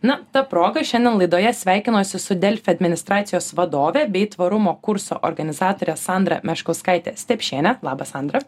na ta proga šiandien laidoje sveikinuosi su delfi administracijos vadove bei tvarumo kurso organizatore sandra meškauskaite stepšiene labas sandra